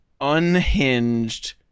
unhinged